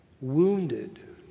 wounded